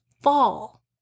fall